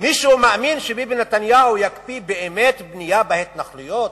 מישהו מאמין שביבי נתניהו יקפיא באמת בנייה בהתנחלויות?